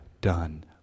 done